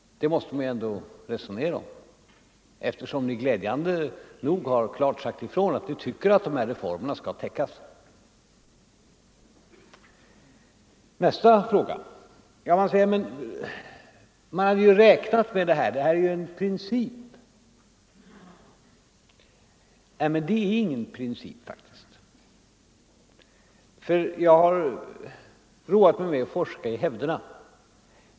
Det är något som vi ändå måste resonera om, eftersom ni glädjande nog klart har sagt ifrån att dessa kostnader på något sätt måste betalas. Man har räknat med det här avdraget, det är ju en princip, säger herr Fälldin. Men det är faktiskt ingen princip. Jag har roat mig med att forska i hävderna.